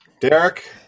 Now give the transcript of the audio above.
Derek